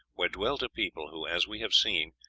where dwelt a people who, as we have seen,